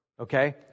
Okay